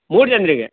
ಮೂರು ಜನರಿಗೆ